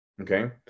okay